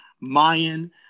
Mayan